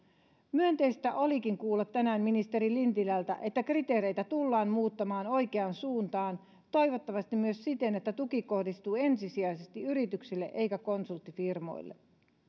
myönteistä olikin kuulla tänään ministeri lintilältä että kriteereitä tullaan muuttamaan oikeaan suuntaan toivottavasti myös siten että tuki kohdistuu ensisijaisesti yrityksille eikä konsulttifirmoille